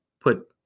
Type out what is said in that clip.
put